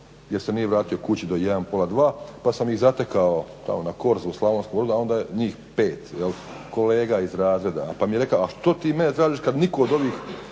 jer se nije vratio kući do 1, pola 2 pa sam ih zatekao tamo na Korzu u Slavonskom Brodu, a onda je njih 5 kolega iz razreda, pa mi je rekao što ti mene tražiš kada nitko od ovih